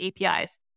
APIs